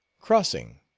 crossing